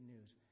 news